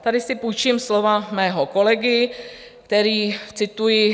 Tady si půjčím slova mého kolegy, který cituji: